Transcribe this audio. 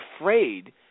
afraid